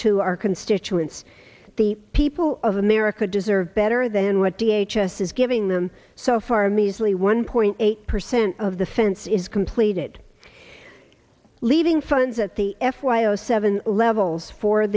to our constituents the people of america deserve better than what the h s is giving them so far a measly one point eight percent of the fence is completed leaving funds at the f y o seven levels for